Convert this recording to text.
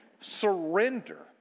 surrender